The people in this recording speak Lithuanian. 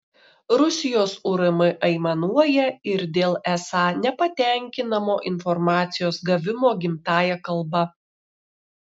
rusijos urm aimanuoja ir dėl esą nepatenkinamo informacijos gavimo gimtąja kalba